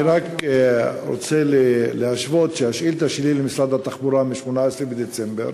אני רק רוצה להשוות: השאילתה שלי למשרד התחבורה היא מ-18 בדצמבר